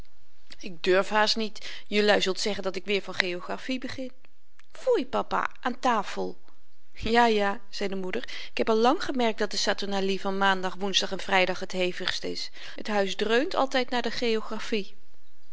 ik durf haast niet jelui zult zeggen dat ik weer van geografie begin foei papa aan tafel ja ja zei de moeder ik heb al lang gemerkt dat de saturnalie van maandag woensdag en vrydag t hevigst is t huis dreunt altyd na de